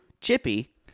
chippy